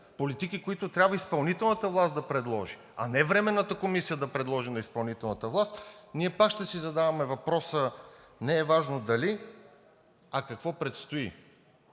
политики, които трябва изпълнителната власт да предложи, а не Временната комисия да предложи на изпълнителната власт, ние пак ще си задаваме въпроса не е важно дали, а какво предстои.